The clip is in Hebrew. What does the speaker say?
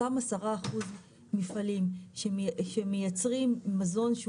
אותם 10 אחוז מפעלים שמייצרים מזון שהוא